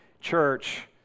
church